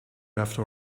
after